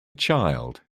child